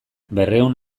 berrehun